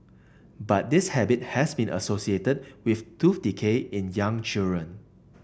but this habit has been associated with tooth decay in young children